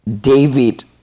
David